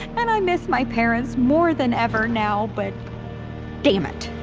and i miss my parents more than ever now, but dammit,